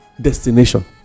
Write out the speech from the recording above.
destination